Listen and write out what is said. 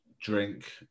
drink